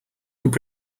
could